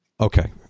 Okay